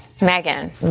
Megan